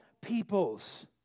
peoples